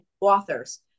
authors